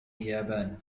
اليابان